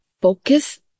Focus